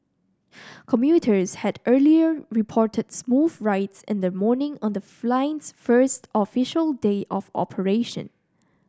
commuters had earlier reported smooth rides in the morning on the flying first official day of operation